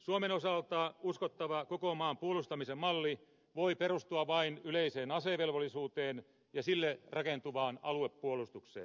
suomen osalta uskottava koko maan puolustamisen malli voi perustua vain yleiseen asevelvollisuuteen ja sille rakentuvaan aluepuolustukseen